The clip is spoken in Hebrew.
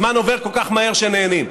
הזמן עובר כל כך מהר כשנהנים.